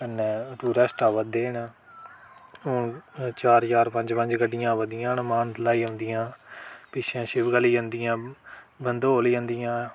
कन्नै टुरिस्ट आवा दे न ते हू'न चार चार पंज पंज गड्डियां आवा दियां न मानतलाई औंदियां पिच्छें शिव गली जंदियां बंदौली जंदियां